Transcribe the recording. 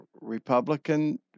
Republican